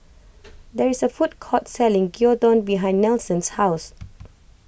there is a food court selling Gyudon behind Nelson's house